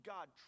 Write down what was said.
God